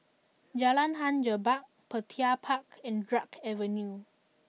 Jalan Hang Jebat Petir Park and Drake Avenue